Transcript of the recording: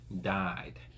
died